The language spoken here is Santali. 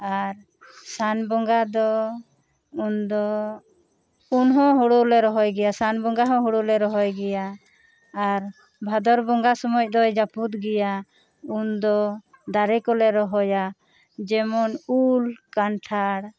ᱟᱨ ᱥᱟᱱ ᱵᱚᱸᱜᱟ ᱫᱚ ᱩᱱ ᱫᱚ ᱩᱱ ᱦᱚᱸ ᱦᱳᱲᱳ ᱞᱮ ᱨᱚᱦᱚᱭ ᱜᱮᱭᱟ ᱥᱟᱱ ᱵᱚᱸᱜᱟ ᱦᱚᱸ ᱦᱳᱲᱳ ᱞᱮ ᱨᱚᱦᱚᱭ ᱜᱮᱭᱟ ᱟᱨ ᱵᱷᱟᱫᱚᱨ ᱵᱚᱸᱜᱟ ᱥᱚᱢᱚᱭ ᱫᱚᱭ ᱡᱟᱹᱯᱩᱫᱽ ᱜᱮᱭᱟ ᱩᱱ ᱫᱚ ᱫᱟᱨᱮ ᱠᱚᱞᱮ ᱨᱚᱦᱚᱭᱟ ᱡᱮᱢᱚᱱ ᱩᱞ ᱠᱟᱱᱴᱷᱟᱲ